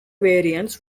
variants